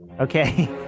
Okay